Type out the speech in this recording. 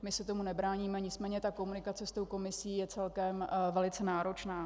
My se tomu nebráníme, nicméně komunikace s Komisí je celkem velice náročná.